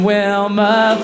Wilma